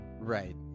Right